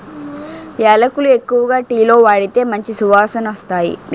యాలకులు ఎక్కువగా టీలో వాడితే మంచి సువాసనొస్తాయి